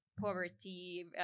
poverty